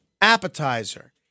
appetizer